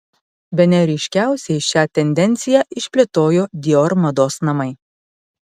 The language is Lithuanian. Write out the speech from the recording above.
bene ryškiausiai šią tendenciją išplėtojo dior mados namai